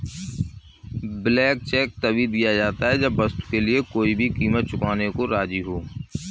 blank cheque तभी दिया जाता है जब वस्तु के लिए कोई भी कीमत चुकाने को राज़ी हो